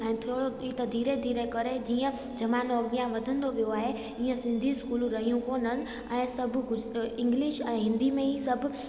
ऐं थोरो त धीरे धीरे करे जीअं ज़मानो अॻिया वधंदो वियो आहे ईअं सिंधी स्कूलू रहियूं कोननि ऐं सभु इंग्लिश ऐं हिंदी में ई सभु